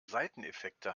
seiteneffekte